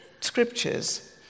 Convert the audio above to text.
scriptures